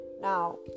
now